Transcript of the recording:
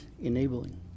enabling